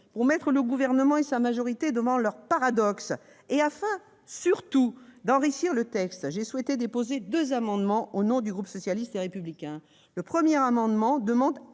pour mettre le Gouvernement et sa majorité devant leurs paradoxes et afin, surtout, d'enrichir le texte, j'ai déposé deux amendements au nom du groupe socialiste et républicain. Mon premier amendement a